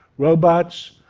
robots,